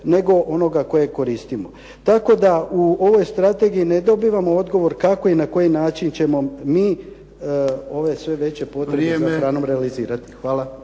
nego onoga koje koristimo. Tako da u ovoj strategiji ne dobivamo odgovor kako i na koji način ćemo mi ove sve veće potrebe za hranom realizirati. Hvala.